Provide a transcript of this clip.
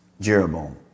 Jeroboam